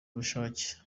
ubushake